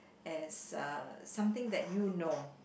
as uh something that you know